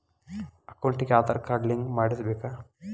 ಅಕೌಂಟಿಗೆ Aadhaar card link ಮಾಡಿಸಬೇಕು?